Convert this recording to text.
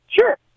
Sure